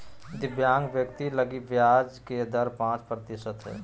दिव्यांग व्यक्ति लगी ब्याज के दर पांच प्रतिशत हइ